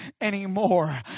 anymore